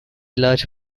large